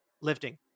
lifting